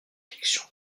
réflexions